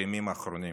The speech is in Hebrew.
בימים האחרונים,